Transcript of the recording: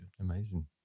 Amazing